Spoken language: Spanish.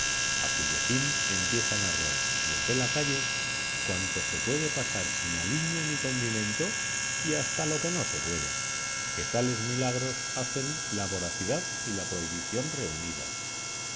a cuyo fin empiezan a roer desde la calle cuanto se puede pasar sin aliño ni condimento y hasta lo que no se puede que tales milagros hacen la voracidad y la prohibición reunidas añadid los tremendos instrumentos de que se han